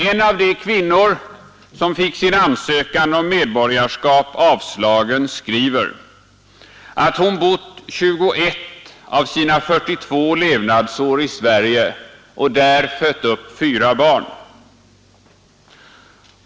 En av de kvinnor som fick sin ansökan om medborgarskap avslagen skriver, att hon har bott 21 av sina 42 levnadsår i Sverige och där fött upp fyra barn.